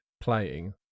playing